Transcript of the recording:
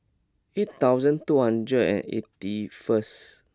eight thousand two hundred and eighty first